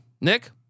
Nick